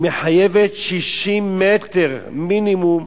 היא מחייבת 60 מטר, מינימום,